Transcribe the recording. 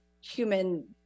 human